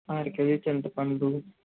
అర కేజీ చింతపండు